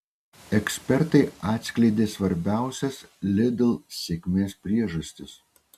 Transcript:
ekspertai atskleidė svarbiausias lidl sėkmės priežastis